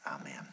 Amen